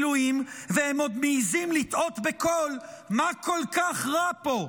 והם עוד מעיזים לתהות בקול: מה כל כך רע פה?